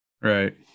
Right